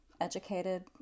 educated